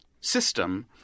system